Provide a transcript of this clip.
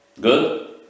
Good